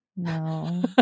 No